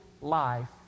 life